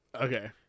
Okay